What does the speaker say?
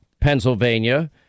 Pennsylvania